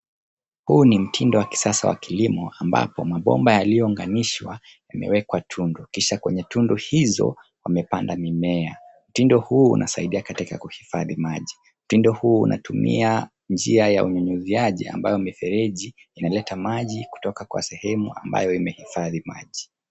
Huu ni mtindo wa kisasa wa kilimo ambapo mabomba yaliyounganishwa yamewekwa tundu kisha kwenye tundu hizo wamepanda mimea. Mtindo huu unasaidia katika kuhifadhi maji . Mtindo huu unatumia njia ya unyunyiziaji ambayo mifereji inaleta maji kutoka kwa sehemu ambayo imehifadhi maji.